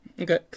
Okay